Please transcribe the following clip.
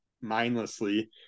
mindlessly